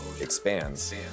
expands